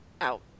out